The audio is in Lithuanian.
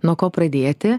nuo ko pradėti